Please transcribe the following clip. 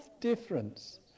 difference